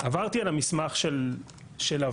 עברתי על המסמך של הוועד.